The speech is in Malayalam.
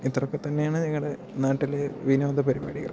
ഇത്രയൊക്കെ തന്നെയാണ് ഞങ്ങളുടെ നാട്ടിലെ വിനോദപരിപാടികൾ